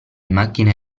macchine